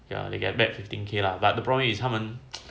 ya they get back fifteen K lah but the problem is 他们